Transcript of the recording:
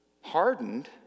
hardened